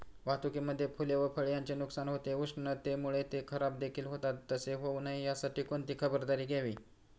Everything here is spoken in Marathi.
वाहतुकीमध्ये फूले व फळे यांचे नुकसान होते, उष्णतेमुळे ते खराबदेखील होतात तसे होऊ नये यासाठी कोणती खबरदारी घ्यावी?